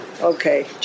Okay